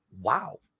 wow